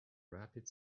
rapid